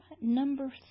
number